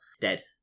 Dead